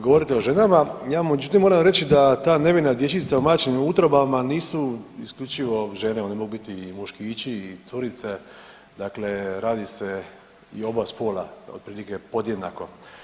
Govorite o ženama ja međutim moram reći da ta nevina dječica u majčinim utrobama nisu isključivo žene oni mogu biti i muškići i curice, dakle radi se o oba spola otprilike podjednako.